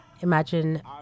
imagine